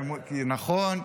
נכון.